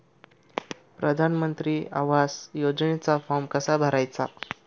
प्रधानमंत्री आवास योजनेचा फॉर्म कसा भरायचा?